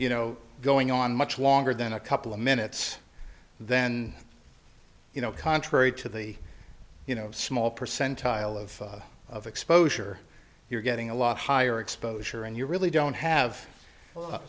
you know going on much longer than a couple of minutes then you know contrary to the you know small percentile of of exposure you're getting a lot higher exposure and you really don't have